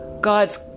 God's